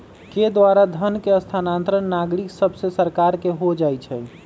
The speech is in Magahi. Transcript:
के द्वारा धन के स्थानांतरण नागरिक सभसे सरकार के हो जाइ छइ